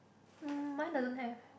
um mine doesn't have